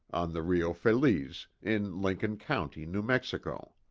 on the rio feliz, in lincoln county, new mexico.